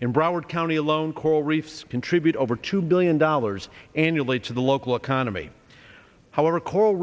in broward county alone coral reefs contribute over two billion dollars annually to the local economy however coral